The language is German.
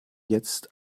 jetzt